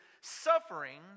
suffering